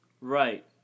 Right